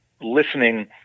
listening